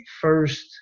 first